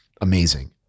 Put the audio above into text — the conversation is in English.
amazing